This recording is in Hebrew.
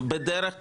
בדרך כלל,